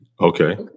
Okay